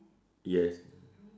yes